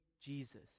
Jesus